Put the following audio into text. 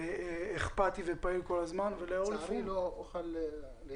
אכפתי ופעיל כל הזמן, ולח"כ אורלי פרומן.